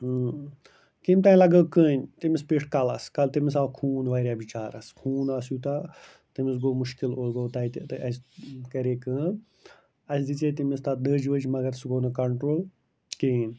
کٔمۍ تام لگٲو کٔنۍ تٔمِس پیٚٹھۍ کَلَس تٔمِس آو خوٗن واریاہ بِچارَس خوٗن آس یوٗتاہ تٔمِس گوٚو مُشکِل تَتہِ تہٕ اَسہِ کَرے کٲم اَسہِ دِژے تٔمِس تَتھ دٔج ؤج مگر سُہ گوٚو نہٕ کنٹرٛول کِہیٖنۍ